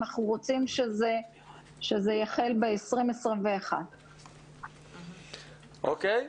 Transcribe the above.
אנחנו רוצים שזה יחל ב-2020 2021. אוקיי.